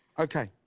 okay.